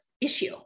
issue